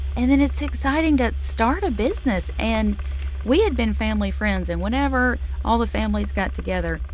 and then it's exciting to start a business. and we had been family friends. and whenever all the families got together,